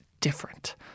different